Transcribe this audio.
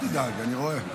אל תדאג, אני רואה.